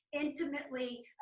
intimately